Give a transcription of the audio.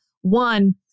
One